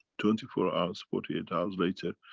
twenty four hours, forty eight hours later,